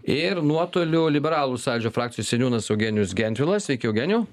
ir nuotoliu liberalų sąjūdžio frakcijos seniūnas eugenijus gentvilas sveiki eugenijau